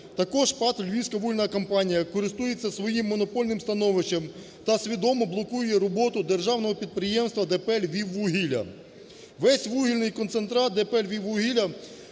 Також ПАТ "Львівська вугільна компанія" користується своїм монопольним становищем та свідомо блокує роботу Державного підприємства (ДП) "Львіввугілля". Весь вугільний концентрат ДП "Львіввугілля"